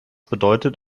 bedeutet